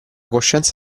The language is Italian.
coscienza